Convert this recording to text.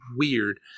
weird